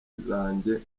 zanjye